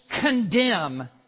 condemn